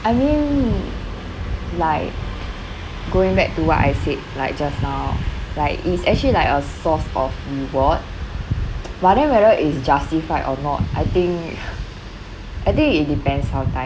I mean like going back to what I said like just now like it's actually like a source of reward but then whether it's justified or not I think I think it depends sometime